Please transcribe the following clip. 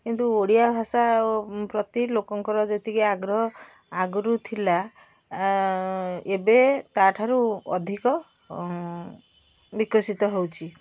କିନ୍ତୁ ଓଡ଼ିଆ ଭାଷା ପ୍ରତି ଲୋକଙ୍କର ଯେତିକି ଆଗ୍ରହ ଆଗରୁ ଥିଲା ଏବେ ତା'ଠାରୁ ଅଧିକ ବିକଶିତ ହେଉଛି